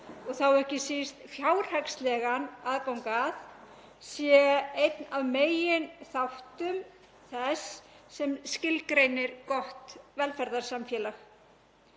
og þá ekki síst fjárhagslegan aðgang að, sé einn af meginþáttum þess sem skilgreinir gott velferðarsamfélag.